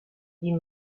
die